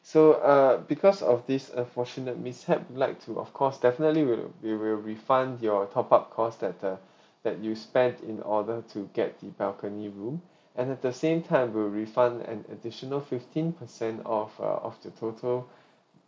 so uh because of this unfortunate mishap we'd like to of course definitely we'll we'll refund your top up cost that uh that you spent in order to get the balcony room and at the same time we'll refund an additional fifteen percent of uh of the total